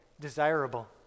desirable